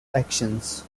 actions